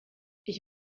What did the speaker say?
ich